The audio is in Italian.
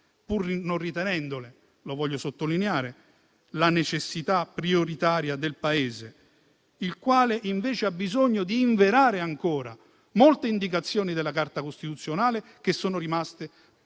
pur non ritenendole - voglio sottolineare - la necessità prioritaria del Paese, il quale invece ha bisogno di inverare ancora molte indicazioni della Carta costituzionale che sono rimaste